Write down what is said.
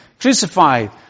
crucified